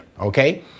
okay